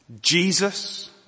Jesus